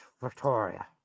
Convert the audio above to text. Victoria